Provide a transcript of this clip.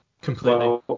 completely